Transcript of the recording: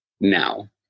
now